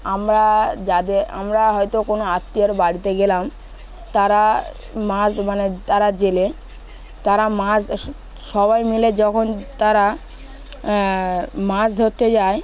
আমরা যাদের আমরা হয়তো কোনো আত্মীয়ের বাড়িতে গেলাম তারা মাছ মানে তারা জেলে তারা মাছ সবাই মিলে যখন তারা মাছ ধরতে যায়